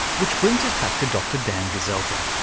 which brings us back to dr dan gezelter.